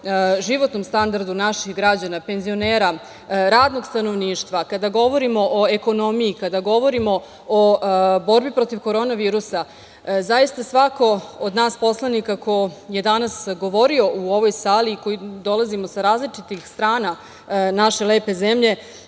životnom standardu naših građana, penzionera, radnog stanovništva, kada govorimo o ekonomiji, kada govorimo o borbi protiv korona virusa. Zaista svako od nas poslanika ko je danas govorio u ovoj sali, koji dolazimo sa različitih strana naše lepe zemlje,